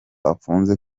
afunze